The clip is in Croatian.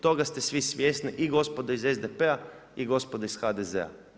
Toga ste svi svjesni i gospodo iz SDP-a i gospodo iz HDZ-a.